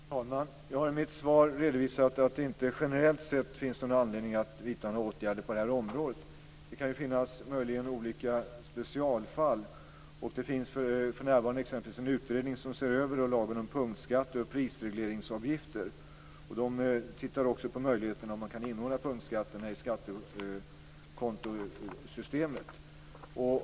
Fru talman! Jag har i mitt svar redovisat att det inte generellt sett finns någon anledning att vidta några åtgärder på det här området. Det kan möjligen finnas olika specialfall, och det finns t.ex. en utredning som ser över lagen om punktskatter och prisregleringsavgifter. Den tittar också på möjligheterna att inordna punktskatterna i skattekontosystemet.